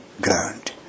ground